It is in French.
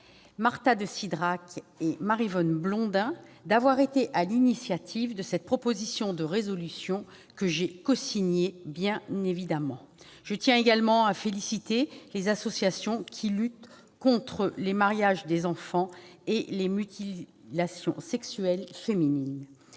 Marta de Cidrac et Maryvonne Blondin d'avoir été à l'initiative de cette proposition de résolution, que j'ai bien évidemment cosignée. Je tiens également à féliciter les associations qui luttent contre le mariage des enfants et les mutilations sexuelles féminines.